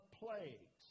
plagues